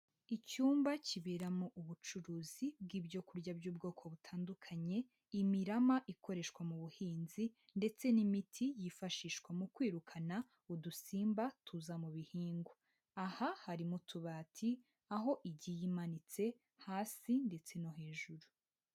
Icyumba kiberamo ubucuruzi bw'ibyo kurya by'ubwoko butandukanye, imirama ikoreshwa mu buhinzi ndetse n'imiti yifashishwa mu kwirukana udusimba tuza mu bihingwa, aha hari mu tubati aho igihe imanitse hasi ndetse no hejuru.